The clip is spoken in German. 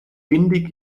windig